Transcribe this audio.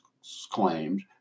exclaimed